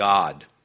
God